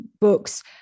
books